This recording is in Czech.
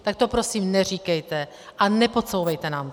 Tak to prosím neříkejte a nepodsouvejte nám to.